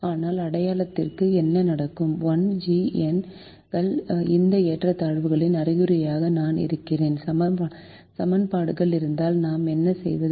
ஆனால் அடையாளத்திற்கு என்ன நடக்கும்s I g n கள் இந்த ஏற்றத்தாழ்வுகளின் அறிகுறியாக நான் இருக்கிறேன் சமன்பாடுகள் இருந்தால் நான் என்ன செய்வது